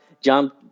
jump